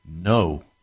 No